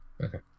Okay